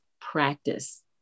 practice